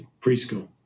preschool